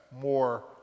more